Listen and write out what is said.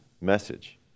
message